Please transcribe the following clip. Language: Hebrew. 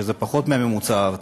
וזה פחות מהממוצע הארצי.